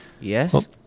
Yes